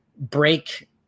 break